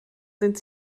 sind